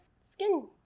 skin